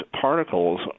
particles